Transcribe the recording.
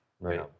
right